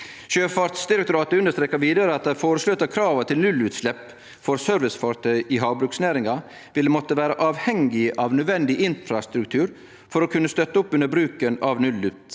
Sjøfartsdirektoratet understrekar vidare at dei føreslåtte krava til nullutslepp for servicefartøy i havbruksnæringa vil måtte vere avhengige av nødvendig infrastruktur for å kunne støtte opp under bruken av nullutsleppsteknologi.